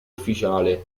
ufficiale